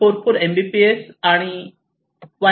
544 Mbps आणि 8